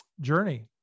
journey